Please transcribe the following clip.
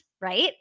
Right